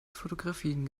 fotografien